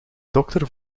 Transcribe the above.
dokter